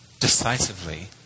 Decisively